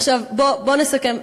בוא נסכם.